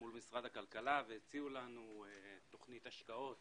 מול משרד הכלכלה, שהציעו לנו תכנית השקעות